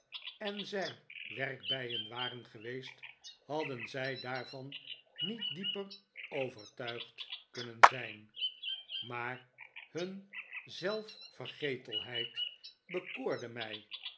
en zij werkbijen waren geweest hadden zij daarvan niet dieper overtuigd kunnen zijn maar hun zelfvergetelheid bekoorde mij